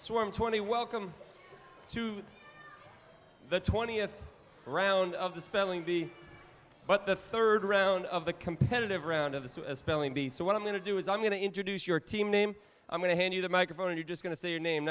swarm twenty welcome to the twentieth round of the spelling bee but the third round of the competitive round of the so a spelling bee so what i'm going to do is i'm going to introduce your team name i'm going to hand you the microphone you're just going to say your name